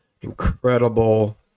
incredible